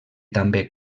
també